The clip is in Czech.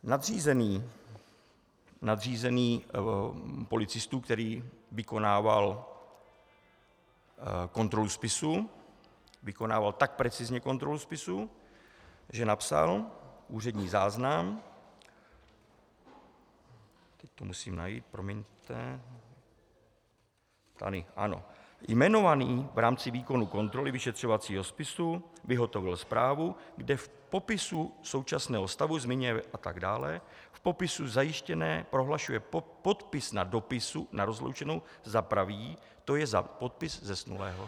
Nadřízený policistů, který vykonával kontrolu spisu, vykonával tak precizně kontrolu spisu, že napsal úřední záznam teď to musím najít, promiňte... tady, ano: Jmenovaný v rámci výkonu kontroly vyšetřovacího spisu vyhotovil zprávu, kde v popisu současného stavu zmiňuje... atd., v popisu zajištěné prohlašuje podpis na dopisu na rozloučenou za pravý, to je za podpis zesnulého.